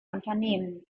unternehmen